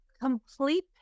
complete